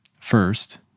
First